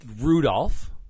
Rudolph